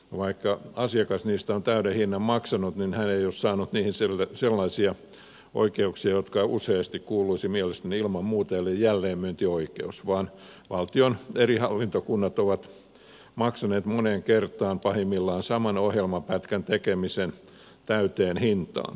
vaikka asiakas niistä on täyden hinnan maksanut niin hän ei ole saanut niihin sellaisia oikeuksia jotka useasti kuuluisivat mielestäni ilman muuta saada eli jälleenmyyntioikeutta vaan valtion eri hallintokunnat ovat pahimmillaan maksaneet moneen kertaan saman ohjelmapätkän tekemisen täyteen hintaan